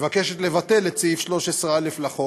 מבקשת לבטל את סעיף 13א לחוק,